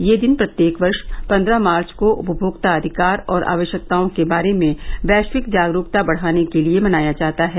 ये दिन प्रत्येक वर्ष पन्द्रह मार्च को उपभोक्ता अधिकार और आवश्यकताओं के बारे में वैश्विक जागरूकता बढाने के लिए मनाया जाता है